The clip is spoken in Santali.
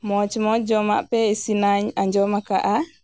ᱢᱚᱪ ᱢᱚᱪ ᱡᱚᱢᱟᱜ ᱯᱮ ᱤᱥᱤᱱᱟ ᱟᱸᱡᱚᱢ ᱟᱠᱟᱫᱼᱟ